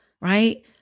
right